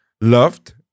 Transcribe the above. loved